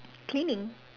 cleaning